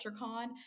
CultureCon